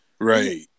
Right